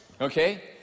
Okay